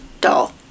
doll